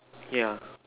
yeah